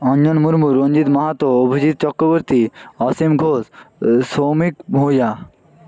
অঞ্জন মুর্মুর রঞ্জিত মাহাতো অভিজিৎ চক্রবর্তী অসীম ঘোষ সৌমিক ভুইয়া